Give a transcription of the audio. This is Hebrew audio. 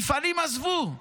מפעלים עזבו.